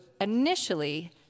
initially